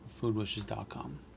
foodwishes.com